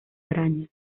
arañas